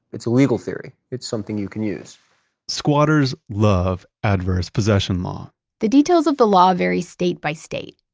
it's a legal theory. it's something you can use squatters love adverse possession law the details of the law vary state by state.